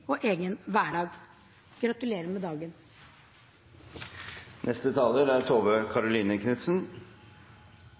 i egen hverdag. Gratulerer med dagen!